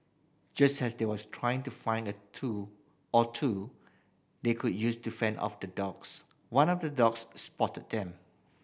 just as they was trying to find a tool or two they could use to fend off the dogs one of the dogs spotted them